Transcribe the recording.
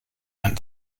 and